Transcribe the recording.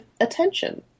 attention